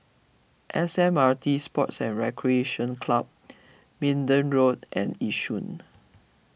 S M T Sports and Recreation Club Minden Road and Yishun